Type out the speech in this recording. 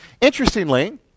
Interestingly